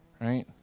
right